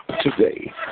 today